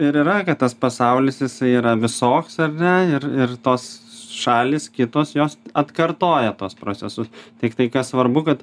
ir yra kad tas pasaulis jisai yra visoks ar ne ir ir tos šalys kitos jos atkartoja tuos procesus tiktai kas svarbu kad